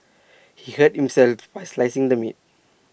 he hurt himself while slicing the meat